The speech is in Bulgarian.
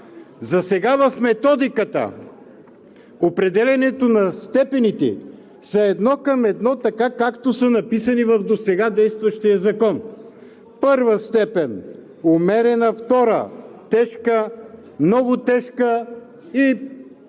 Засега в Методиката определянето на степените са едно към едно така, както са написани в досега действащия закон: първа степен – умерена, втора – тежка, много тежка,